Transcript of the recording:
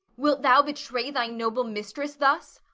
wilt thou betray thy noble mistress thus?